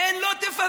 הן לא תפספסנה.